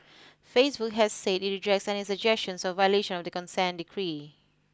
Facebook has said it rejects any suggestions of violation of the consent decree